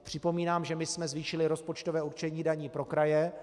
Připomínám, že my jsme zvýšili rozpočtové určení daní pro kraje.